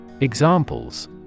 Examples